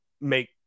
make